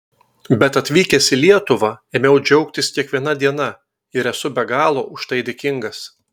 bet atvykęs į lietuvą ėmiau džiaugtis kiekviena diena ir esu be galo už tai dėkingas